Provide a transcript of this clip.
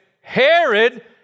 Herod